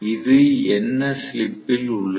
இது என்ன ஸ்லிப் ல் உள்ளது